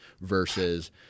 versus